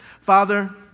Father